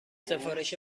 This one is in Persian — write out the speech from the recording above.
سفارش